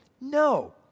No